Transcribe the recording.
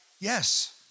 Yes